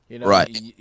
Right